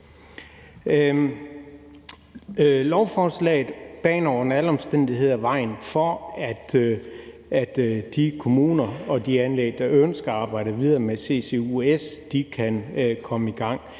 Lovforslaget baner under alle omstændigheder vejen for, at de kommuner og de anlæg, der ønsker at arbejde videre med CCUS, kan komme i gang.